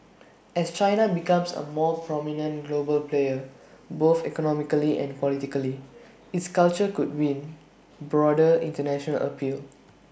as China becomes A more prominent global player both economically and politically its culture could win broader International appeal